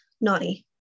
naughty